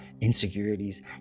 insecurities